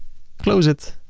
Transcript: close it.